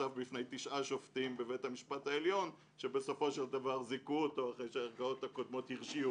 זה כבר אומר הרבה.